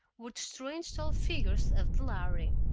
were the strange tall figures of the lhari.